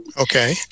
Okay